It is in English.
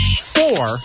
Four